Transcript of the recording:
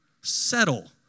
settle